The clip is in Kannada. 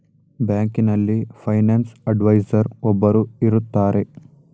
ಬ್ಯಾಂಕಿನಲ್ಲಿ ಫೈನಾನ್ಸ್ ಅಡ್ವೈಸರ್ ಒಬ್ಬರು ಇರುತ್ತಾರೆ